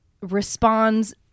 responds